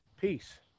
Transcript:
Peace